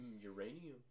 uranium